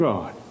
God